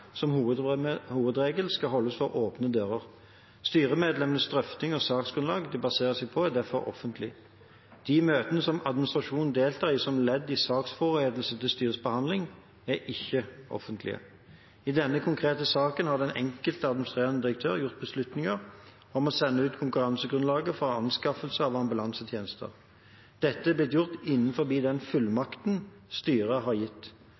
hovedregel skal holdes for åpne dører. Styremedlemmenes drøftinger og saksgrunnlaget de baserer seg på, er derfor offentlig. De møtene som administrasjonen deltar i som ledd i saksforberedelsene til styrets behandling, er ikke offentlige. I denne konkrete saken har den enkelte administrerende direktør fattet beslutninger om å sette ut konkurransegrunnlaget for anskaffelsen av ambulanseflytjenester. Dette har blitt gjort innenfor den fullmakten styret har gitt.